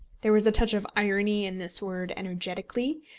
there was a touch of irony in this word energetically,